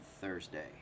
Thursday